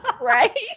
Right